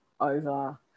over